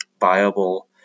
viable